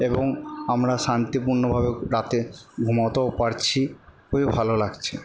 এবং আমরা শান্তিপূর্ণভাবে রাতে ঘুমোতেও পারছি খুবই ভালো লাগছে